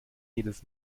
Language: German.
jedes